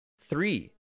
three